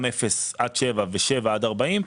גם אפס עד שבעה ושבעה עד 40,